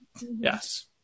Yes